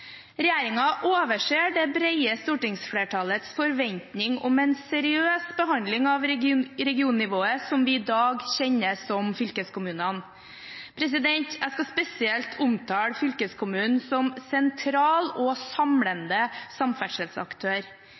overser det brede stortingsflertallets forventning om en seriøs behandling av regionnivået som vi i dag kjenner som fylkeskommunene. Jeg skal spesielt omtale fylkeskommunen som sentral og samlende samferdselsaktør.